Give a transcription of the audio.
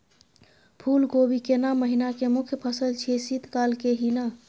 फुल कोबी केना महिना के मुखय फसल छियै शीत काल के ही न?